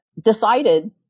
decided